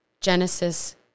Genesis